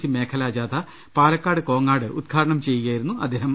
C മേഖലാ ജാഥ പാലക്കാട് കോങ്ങാട് ഉദ്ഘാടനം ചെയ്യുകയായിരുന്നു അദ്ദേഹം